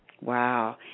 Wow